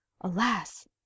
Alas